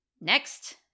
next